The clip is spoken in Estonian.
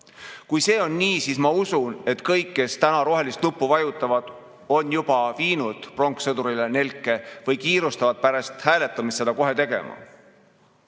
Kui see on nii, siis ma usun, et kõik, kes täna rohelist nuppu vajutavad, on juba viinud pronkssõdurile nelke või kiirustavad kohe pärast hääletamist seda tegema.